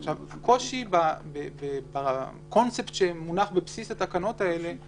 הקושי בקונספט שמונח בבסיס התקנות האלה הוא